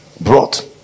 brought